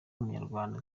umunyarwanda